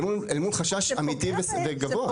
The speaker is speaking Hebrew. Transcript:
אל מול חשש אמיתי וגבוה?